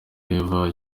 eva